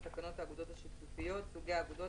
לתקנות האגודות השיתופיות (סוגי אגודות),